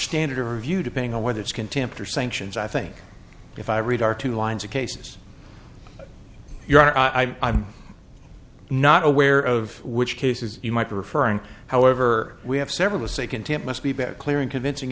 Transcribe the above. standard of review depending on whether it's contempt or sanctions i think if i read are two lines of cases you're i i'm not aware of which cases you might be referring however we have several say content must be bad clear and convincing